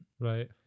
right